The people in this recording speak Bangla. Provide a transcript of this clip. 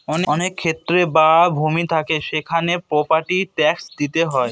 অনেক ক্ষেত বা ভূমি থাকে সেখানে প্রপার্টি ট্যাক্স দিতে হয়